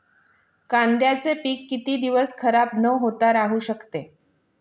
कांद्याचे पीक किती दिवस खराब न होता राहू शकते?